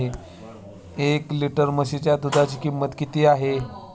एक लिटर म्हशीच्या दुधाची किंमत किती आहे?